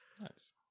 Nice